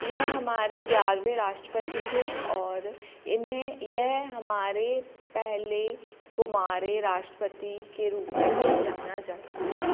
यह हमारे ग्यारहवें राष्ट्रपति थे और इन्हें यह हमारे पहले कुंवारे राष्ट्रपति के रूप में भी जाना जाता है